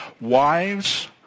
Wives